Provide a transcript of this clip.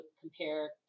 compare